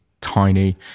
tiny